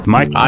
Mike